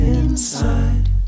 inside